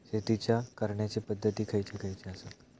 शेतीच्या करण्याचे पध्दती खैचे खैचे आसत?